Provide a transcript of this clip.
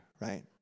right